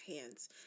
hands